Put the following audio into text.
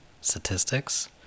statistics